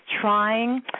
trying